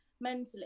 mentally